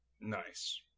nice